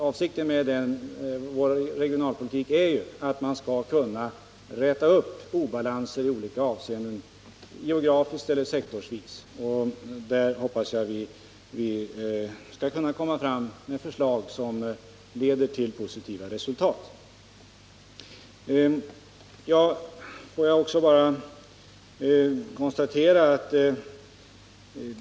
Avsikten med vår regionalpolitik är att man skall kunna räta upp obalanser i olika avseenden, geografiskt eller sektorsvis. Jag hoppas att vi där skall kunna komma fram med förslag som leder till positiva resultat.